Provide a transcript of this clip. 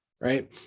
right